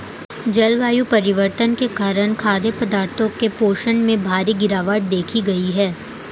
जलवायु परिवर्तन के कारण खाद्य पदार्थों के पोषण में भारी गिरवाट देखी गयी है